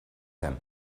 him